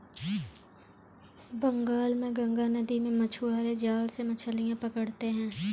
बंगाल में गंगा नदी में मछुआरे जाल से मछलियां पकड़ते हैं